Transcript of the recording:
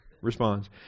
responds